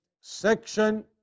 section